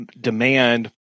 demand